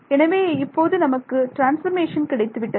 எனவே இப்போது நமக்கு ட்ரான்ஸ்ஃபர்மேஷன் கிடைத்துவிட்டது